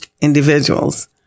individuals